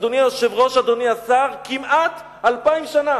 אדוני היושב-ראש, אדוני השר, כמעט אלפיים שנה